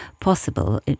possible